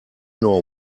know